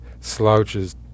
slouches